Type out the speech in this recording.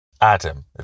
Adam